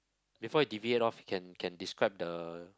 before you deviate off can can describe the